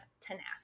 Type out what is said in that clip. tenacity